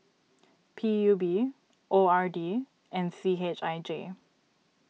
P U B O R D and C H I J